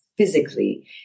physically